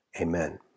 amen